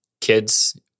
kids